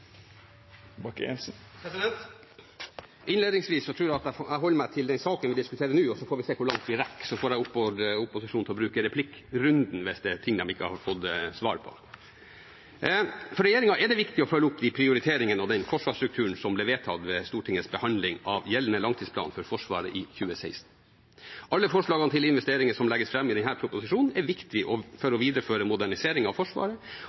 Innledningsvis tror jeg at jeg holder meg til den saken vi diskuterer nå, så får vi se hvor langt vi rekker. Jeg oppfordrer opposisjonen til å bruke replikkrunden hvis det er ting de ikke har fått svar på. For regjeringen er det viktig å følge opp prioriteringene og forsvarsstrukturen som ble vedtatt ved Stortingets behandling av gjeldende langtidsplan for Forsvaret i 2016. Alle forslagene til investeringer som legges fram i denne proposisjonen, er viktige for å videreføre moderniseringen av Forsvaret